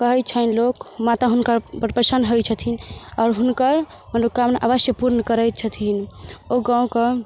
कहै छनि लोक माता हुनकापर बड्ड प्नसन्न होइ छथिन आओर हुनकर मनोकामना अवश्य पूर्ण करै छथिन ओ गामके